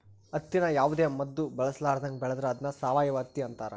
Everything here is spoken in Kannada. ಹತ್ತಿನ ಯಾವುದೇ ಮದ್ದು ಬಳಸರ್ಲಾದಂಗ ಬೆಳೆದ್ರ ಅದ್ನ ಸಾವಯವ ಹತ್ತಿ ಅಂತಾರ